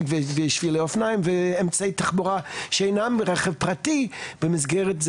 ושבילי אופניים ואמצעי תחבורה שאינם רכב פרטי במסגרת זה.